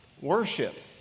worship